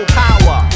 power